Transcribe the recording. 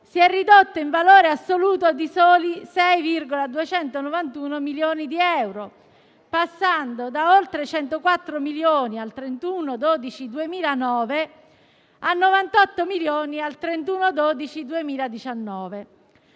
si è ridotto, in valore assoluto, di soli 6,291 milioni di euro, passando da oltre 104 milioni, al 31 dicembre 2009, a 98 milioni al 31